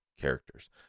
characters